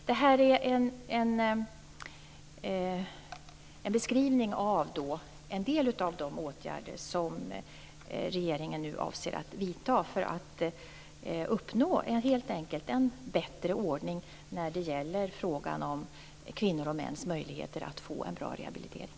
Det här är en beskrivning av en del av de åtgärder som regeringen nu avser att vidta för att helt enkelt uppnå en bättre ordning för kvinnors och mäns möjligheter att få en bra rehabilitering.